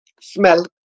Smell